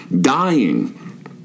dying